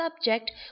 subject